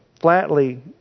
flatly